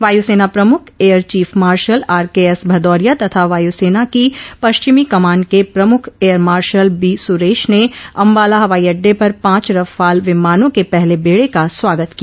वायुसेना प्रमुख air chief marshal RKS Bhadauria तथा वायुसेना की पश्चिमी कमान के प्रमुख एयर माशल बी सुरेश ने अंबाला हवाई अड्डे पर पांच रफाल विमानों के पहले बेडे का स्वागत किया